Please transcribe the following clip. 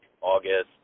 August